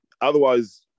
Otherwise